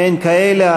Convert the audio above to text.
אין כאלה.